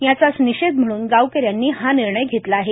याचाच निषेध म्हणून गावकऱ्यांनी हा निर्णय घेतला आहे